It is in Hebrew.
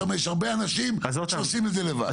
שם יש הרבה אנשים שעושים את זה לבד.